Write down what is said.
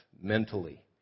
mentally